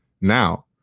Now